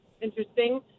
interesting